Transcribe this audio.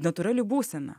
natūrali būsena